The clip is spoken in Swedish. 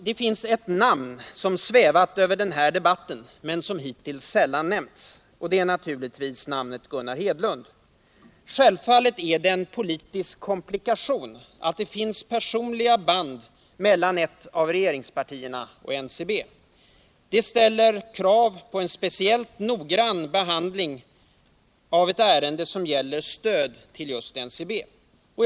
Det finns ett namn som svävat över den här debatten —- men som hittills sällan nämnts. Det är naturligtvis namnet Gunnar Hedlund. Självfallet är det en politisk komplikation att det finns personliga band mellan ett av regeringspartierna och NCB. Detta ställer krav på en speciellt noggrann behandling av ett ärende som gäller stöd till just NCB.